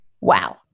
wow